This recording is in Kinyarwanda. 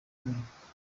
kunanirwa